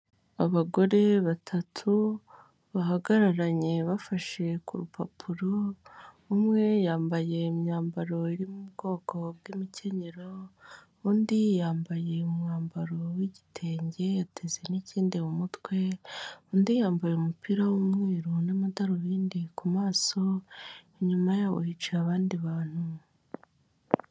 Abagore batatu bahagararanye bafashe ku rupapuro umwe yambaye imyambaro iri mu bwoko bw'imikenyero undi yambaye umwambaro w'igitenge yateze n'ikindi mu mutwe undi yambaye umupira w'umweru n'amadarubindi ku maso inyuma yabo hicaye abandi bantu.